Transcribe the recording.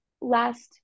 last